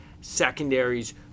secondaries